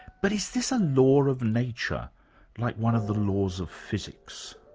but is this a law of nature like one of the laws of physics?